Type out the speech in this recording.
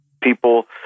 people